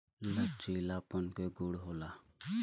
लचीलापन के गुण होला